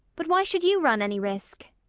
but why should you run any risk?